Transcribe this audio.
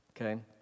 Okay